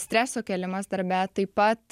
streso kėlimas darbe taip pat